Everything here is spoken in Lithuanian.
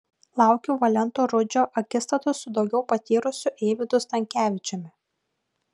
laukiu valento rudžio akistatos su daugiau patyrusiu eivydu stankevičiumi